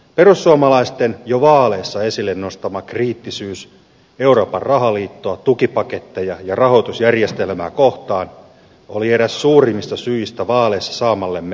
perussuomalaisten jo vaaleissa esille nostama kriittisyys euroopan rahaliittoa tukipaketteja ja rahoitusjärjestelmää kohtaan oli eräs suurimmista syistä vaaleissa saamallemme menestykselle